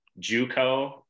juco